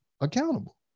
accountable